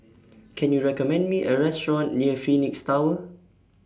Can YOU recommend Me A Restaurant near Phoenix Tower